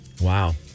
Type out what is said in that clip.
Wow